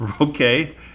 Okay